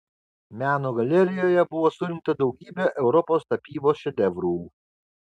meno galerijoje buvo surinkta daugybė europos tapybos šedevrų